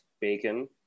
bacon